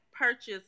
purchase